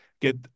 get